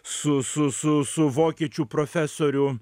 su su su su vokiečių profesoriu